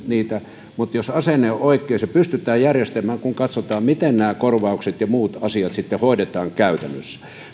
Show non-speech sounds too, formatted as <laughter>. <unintelligible> niitä mutta jos asenne on oikea se pystytään järjestämään kun katsotaan miten nämä korvaukset ja muut asiat sitten hoidetaan käytännössä